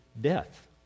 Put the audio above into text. death